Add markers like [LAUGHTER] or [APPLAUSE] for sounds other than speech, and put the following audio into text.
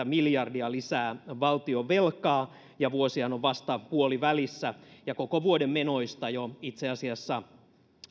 [UNINTELLIGIBLE] miljardia lisää valtionvelkaa ja vuosihan on vasta puolivälissä koko vuoden menoista itse asiassa jo